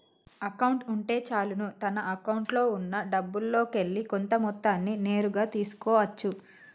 account ఉంటే చాలును తన అకౌంట్లో ఉన్నా డబ్బుల్లోకెల్లి కొంత మొత్తాన్ని నేరుగా తీసుకో అచ్చు